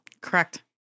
Correct